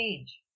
page